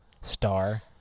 star